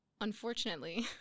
unfortunately